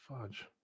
Fudge